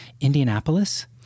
Indianapolis